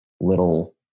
little